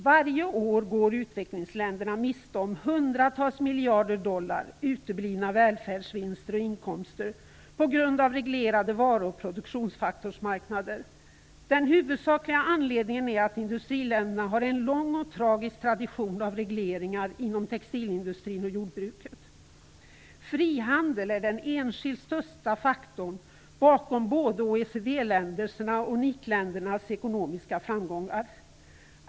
Varje år går utvecklingsländerna miste om hundratals miljarder dollar, uteblivna välfärdsvinster och inkomster på grund av reglerade varu och produktionsfaktorsmarknader. Den huvudsakliga anledningen är att industriländerna har en lång och tragisk tradition av regleringar inom textilindustrin och jordbruket. Frihandel är den enskilt största faktorn bakom både OECD-ländernas och NIC-ländernas ekonomiska framgångar.